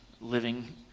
living